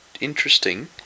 interesting